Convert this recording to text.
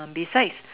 besides